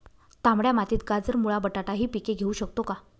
तांबड्या मातीत गाजर, मुळा, बटाटा हि पिके घेऊ शकतो का?